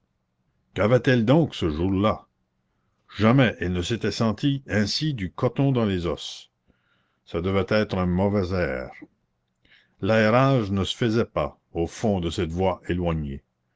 qu'avait-elle donc ce jour-là jamais elle ne s'était senti ainsi du coton dans les os ça devait être un mauvais air l'aérage ne se faisait pas au fond de cette voie éloignée